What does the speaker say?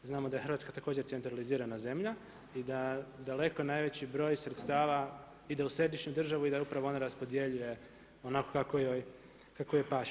Znamo da je Hrvatska također centralizirana zemlja i da daleko najveći broj sredstava ide u središnju državu i da upravo on raspodjeljuje onako kako joj paše.